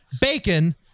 bacon